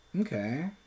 Okay